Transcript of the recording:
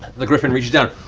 the griffon reaches down,